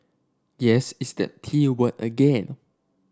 yes it's that T word again